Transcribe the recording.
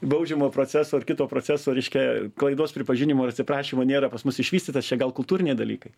baudžiamo proceso ar kito proceso reiškia klaidos pripažinimo ir atsiprašymo nėra pas mus išvystytas čia gal kultūriniai dalykai